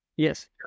Yes